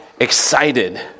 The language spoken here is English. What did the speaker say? excited